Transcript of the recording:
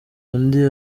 undi